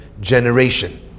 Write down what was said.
generation